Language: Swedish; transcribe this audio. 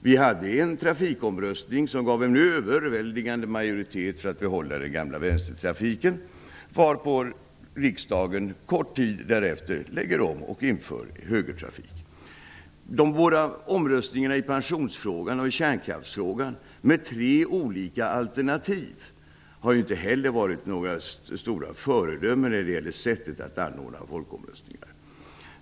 Vi hade en trafikomröstning som gav en överväldigande majoritet för att behålla den gamla vänstertrafiken, varpå riksdagen kort tid därefter beslöt att lägga om och införa högertrafiken. De båda omröstningarna om pensionsfrågan och kärnkraftsfrågan, med tre alternativ, har inte heller varit några stora föredömen när det gäller sättet att anordna folkomröstningar.